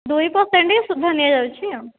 ଦୁଇ ପର୍ସେଣ୍ଟ୍ ସୁଧ ନିଆ ଯାଉଛି ଆଉ